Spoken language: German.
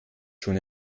schon